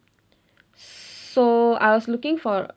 so I was looking for